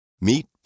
Meet